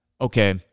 okay